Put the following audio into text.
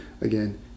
again